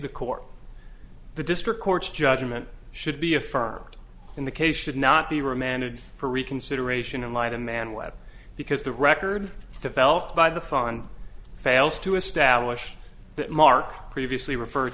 the court the district court's judgment should be affirmed in the case should not be remanded for reconsideration in light a man whether because the record developed by the son fails to establish that mark previously referred